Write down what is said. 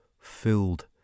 filled